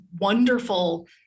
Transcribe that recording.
wonderful